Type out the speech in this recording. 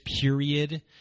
period